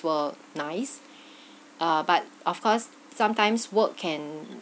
were nice ah but of course sometimes work can